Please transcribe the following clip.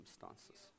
circumstances